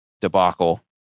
debacle